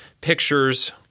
pictures